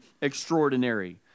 extraordinary